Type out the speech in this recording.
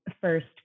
First